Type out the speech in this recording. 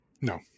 no